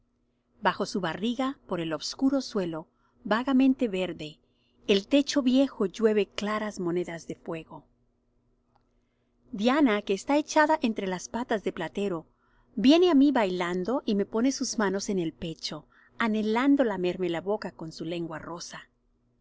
bajo su barriga por el obscuro suelo vagamente verde el techo viejo llueve claras monedas de fuego diana que está echada entre las patas de platero viene á mí bailando y me pone sus manos en el pecho anhelando lamerme la boca con su lengua rosa